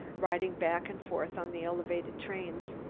ride back and forth on the elevated trains.